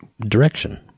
direction